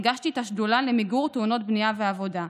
הגשתי את השדולה למיגור תאונות בנייה ועבודה.